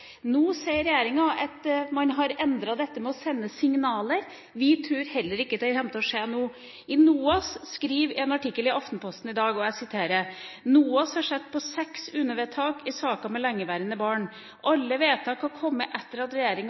Nå sier regjeringa at man har endret dette med å sende signaler. Vi tror heller ikke at det kommer til å skje nå. NOAS skriver en artikkel i Aftenposten i dag, og jeg siterer: «NOAS har sett på seks UNE-vedtak i saker om lengeværende barn. Alle vedtak har kommet etter at